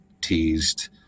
teased